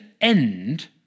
end